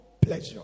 pleasure